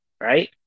right